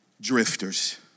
Drifters